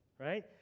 right